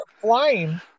flying